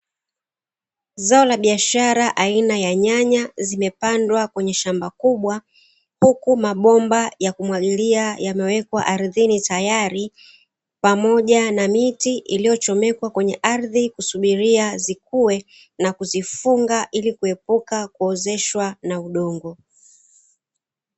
Zao la biashara aina ya nyanya zimepandwa kwenye shamba kubwa huku mabomba yakumwagilia yamewekwa aridhini tayali pamoja na miti iliyochomekwa kwenye ardhi kusubilia zikuwe na kuzifunga ili kuepuka kuozeshwa na udongo.